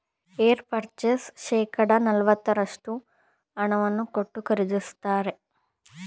hire purchase ಶೇಕಡ ನಲವತ್ತರಷ್ಟು ಹಣವನ್ನು ಕೊಟ್ಟು ಖರೀದಿಸುತ್ತಾರೆ